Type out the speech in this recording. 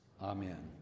Amen